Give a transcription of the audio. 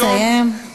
אני מבקשת לסיים.